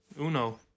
Uno